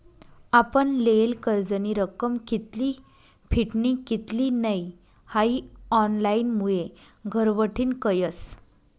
आपण लेयेल कर्जनी रक्कम कित्ली फिटनी कित्ली नै हाई ऑनलाईनमुये घरबठीन कयस